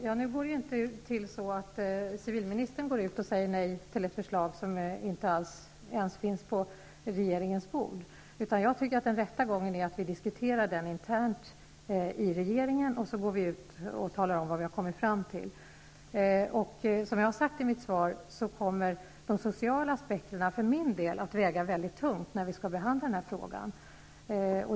Herr talman! Det går inte till så att civilministern går ut och säger nej till ett förslag som inte ens finns på regeringens bord. Jag menar att den rätta gången är att vi diskuterar förslaget internt i regeringen, och så går vi ut och talar om vad vi har kommit fram till. Som jag har sagt i mitt svar kommer de sociala aspekterna för min del att väga mycket tungt när vi skall behandla frågan.